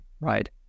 right